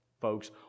folks